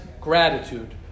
gratitude